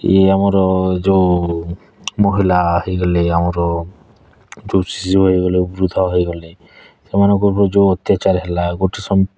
ଇଏ ଆମର ଯେଉଁ ମହିଳା ହୋଇଗଲେ ଆମର ଯୋଉ ଶିଶୁ ହୋଇଗଲେ ବୃଦ୍ଧ ହୋଇଗଲେ ସେମାନଙ୍କୁ ଯେଉଁ ଅତ୍ୟାଚାର ହେଲା ଗୋଟେ